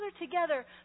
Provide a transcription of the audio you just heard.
together